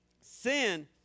Sin